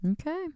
Okay